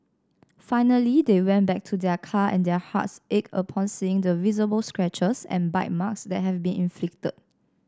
finally they went back to their car and their hearts ached upon seeing the visible scratches and bite marks that had been inflicted